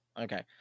okay